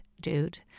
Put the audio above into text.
dude